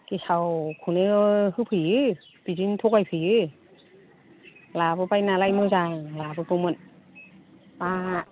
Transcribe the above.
गेसावखौनो होफैयो बिदिनो थगायफैयो लाबोबाय नालाय मोजां लाबोगौमोन मा